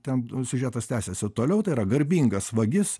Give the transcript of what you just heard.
ten siužetas tęsiasi toliau tai yra garbingas vagis